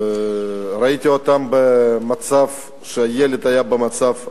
ראיתי אותם במצב, כשהילד היה במצב אנוש,